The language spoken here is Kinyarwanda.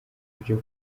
byo